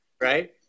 Right